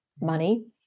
money